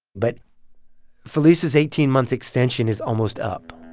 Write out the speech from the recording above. but felisa's eighteen month extension is almost up.